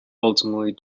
ultimately